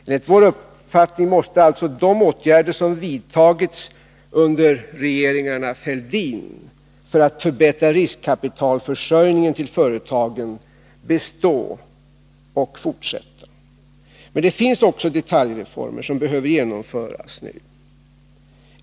Enligt vår uppfattning måste alltså de åtgärder som vidtagits under regeringarna Fälldin för att förbättra riskkapitalförsörjningen till företagen bestå och fortsätta. Men det finns också detaljreformer som behöver genomföras.